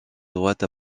droite